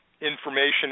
information